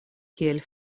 kiel